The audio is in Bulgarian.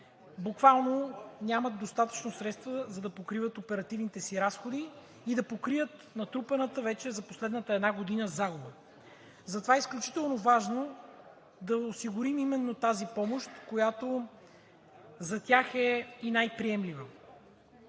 буквално нямат достатъчно средства, за да покриват оперативните си разходи и да покрият натрупаната вече за последната една година загуба. Затова е изключително важно да осигурим тази помощ, която за тях е и най-приемлива.